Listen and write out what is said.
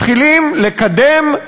מתחילים לקדם,